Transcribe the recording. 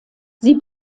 sie